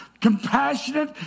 Compassionate